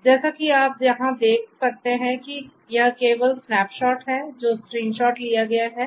इसलिए जैसा कि आप यहां देख सकते हैं कि यह केवल स्नैप शॉट है जो स्क्रीनशॉट लिया गया है